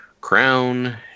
Crown